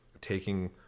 taking